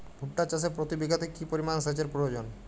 ভুট্টা চাষে প্রতি বিঘাতে কি পরিমান সেচের প্রয়োজন?